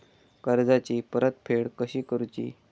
कर्जाची परतफेड कशी करुची?